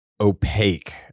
opaque